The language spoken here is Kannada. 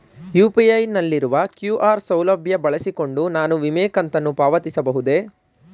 ಯು.ಪಿ.ಐ ನಲ್ಲಿರುವ ಕ್ಯೂ.ಆರ್ ಸೌಲಭ್ಯ ಬಳಸಿಕೊಂಡು ನಾನು ವಿಮೆ ಕಂತನ್ನು ಪಾವತಿಸಬಹುದೇ?